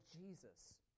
Jesus